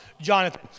Jonathan